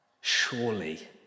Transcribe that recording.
Surely